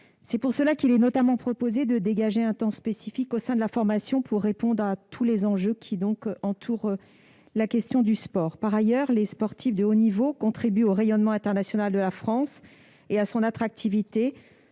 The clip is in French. de pratique. Il est notamment proposé de dégager un temps spécifique au sein de la formation, pour répondre aux enjeux particuliers du sport. Par ailleurs, les sportifs de haut niveau contribuent au rayonnement international de la France et à son attractivité